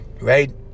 right